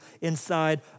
inside